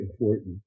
important